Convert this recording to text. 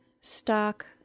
stock